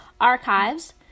archives